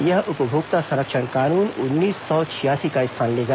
यह उपभोक्ता संरक्षण कानून उन्नीस सौ छियासी का स्थान लेगा